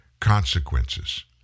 Consequences